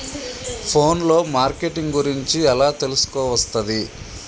Phone లో marketing గురించి ఎలా తెలుసుకోవస్తది?